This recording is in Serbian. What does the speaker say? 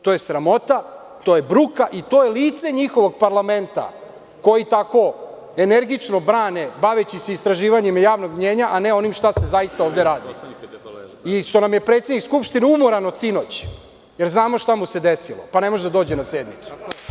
To je sramota, to je bruka i to je lice njihovog parlamenta koji tako energično brane, baveći se istraživanjem javnog mnjenja, a ne onim šta se zaista ovde radi i što nam je predsednik Skupštine umoran od sinoć, jer znamo šta mu se desilo, pa ne može da dođe na sednicu.